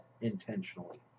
intentionally